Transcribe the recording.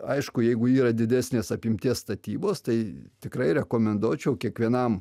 aišku jeigu yra didesnės apimties statybos tai tikrai rekomenduočiau kiekvienam